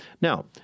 Now